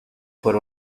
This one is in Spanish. por